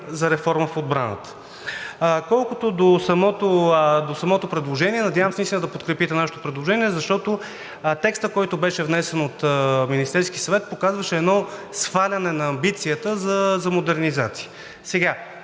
за реформа в отбраната. Колкото до самото предложение, надявам се наистина да подкрепите нашето предложение, защото текстът, който беше внесен от Министерския съвет, показваше едно сваляне на амбицията за модернизация. Сега,